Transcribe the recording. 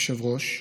יושב-ראש,